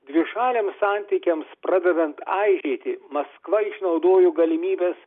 dvišaliams santykiams pradedant aižėti maskva išnaudojo galimybes